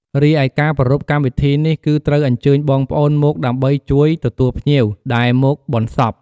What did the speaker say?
រីឯការប្រារព្ធកម្មវិធីនេះគឺត្រូវអញ្ជើញបងប្អូនមកដើម្បីជួយទទួលភ្ញៀវដែលមកបុណ្យសព។